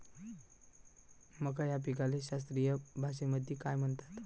मका या पिकाले शास्त्रीय भाषेमंदी काय म्हणतात?